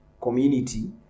community